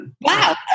wow